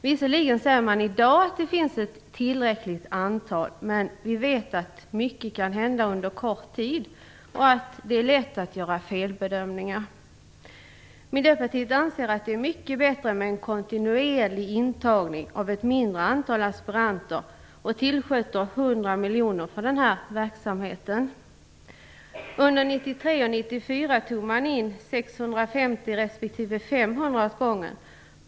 Visserligen säger man att det i dag finns ett tillräckligt antal, men vi vet att mycket kan hända under kort tid. Det är lätt att göra felbedömningar. Miljöpartiet anser att det är mycket bättre med en kontinuerlig intagning av ett mindre antal aspiranter. Vi vill tillskjuta 100 miljoner för denna verksamhet. Under 1993/94 tog man in 650 respektive 500 aspiranter åt gången.